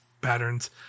patterns